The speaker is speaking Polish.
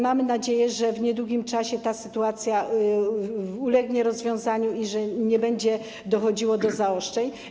Mam nadzieję, że w niedługim czasie ta sytuacja ulegnie poprawie i że nie będzie dochodziło do zaostrzeń.